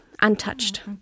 untouched